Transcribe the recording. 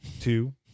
two